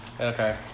Okay